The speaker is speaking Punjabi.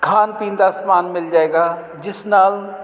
ਖਾਣ ਪੀਣ ਦਾ ਸਮਾਨ ਮਿਲ ਜਾਏਗਾ ਜਿਸ ਨਾਲ